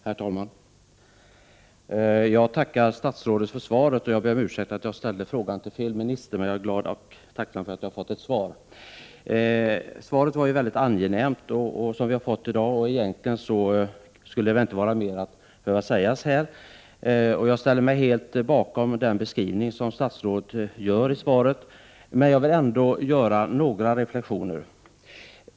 Herr talman! Jag tackar statsrådet för svaret. Jag ber om ursäkt för att jag ställde frågan till fel minister. Det svar som jag nu fått var ju mycket , angenämt, och egentligen skulle väl inte mer behöva sägas här. Jag ställer mig helt bakom den beskrivning som statsrådet ger i svaret, men vill ändå göra några reflexioner.